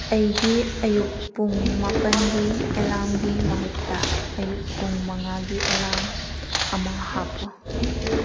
ꯑꯩꯒꯤ ꯑꯌꯨꯛ ꯄꯨꯡ ꯃꯥꯄꯟꯒꯤ ꯑꯦꯂꯥꯝꯒꯤ ꯃꯍꯨꯠꯇ ꯑꯌꯨꯛ ꯄꯨꯡ ꯃꯉꯥꯒꯤ ꯑꯦꯂꯥꯝ ꯑꯃ ꯍꯥꯞꯄꯨ